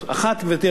גברתי היושבת-ראש,